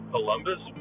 Columbus